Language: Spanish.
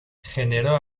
generó